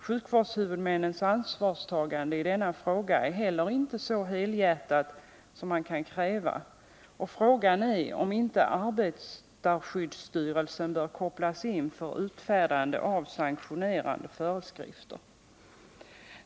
Sjukvårdshuvudmännens ansvarstagande i denna fråga är heller inte så helhjärtat som man kan kräva, och frågan är om inte arbetarskyddsstyrelsen bör kopplas in för utfärdande av sanktionerande föreskrifter.